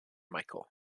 michael